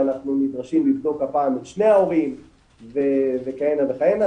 ואנחנו נדרשים לבדוק הפעם את שני ההורים וכהנה וכהנה,